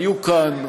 היו כאן,